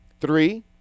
three